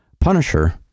punisher